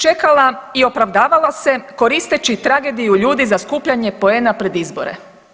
Čekala i opravdavala se koristeći tragediju ljudi za skupljanje poena pred izbore.